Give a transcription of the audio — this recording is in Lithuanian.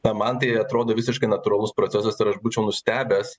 o man tai atrodo visiškai natūralus procesas ir aš būčiau nustebęs